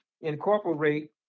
incorporate